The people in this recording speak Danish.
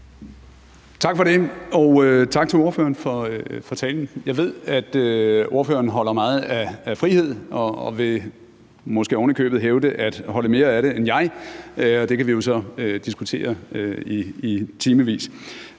Tak for det, og tak til ordføreren for talen. Jeg ved, at ordføreren holder meget af frihed og måske ovenikøbet vil hævde at holde mere af det end jeg. Det kan vi jo så diskutere i timevis.